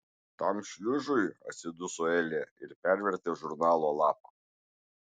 tam šliužui atsiduso elė ir pervertė žurnalo lapą